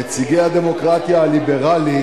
נציגי הדמוקרטיה הליברלית